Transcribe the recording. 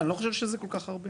אני לא חושב שזה כל כך הרבה